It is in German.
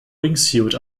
wingsuit